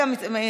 פורר,